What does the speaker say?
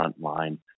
frontline